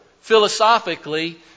philosophically